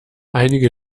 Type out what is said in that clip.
einige